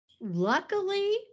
Luckily